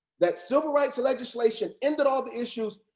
that civil rights legislation ended all the issues.